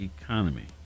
economy